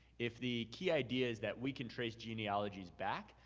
if the key idea is that we can trace genealogists back,